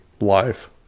life